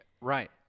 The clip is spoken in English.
Right